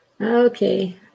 Okay